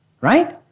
right